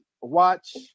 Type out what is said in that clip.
watch